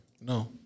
No